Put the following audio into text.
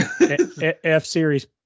F-series